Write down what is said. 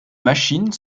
machines